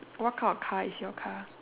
what kind of car is your car